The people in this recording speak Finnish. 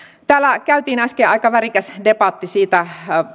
täällä käytiin äsken aika värikäs debatti siitä